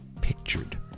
pictured